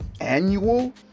annual